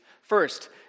First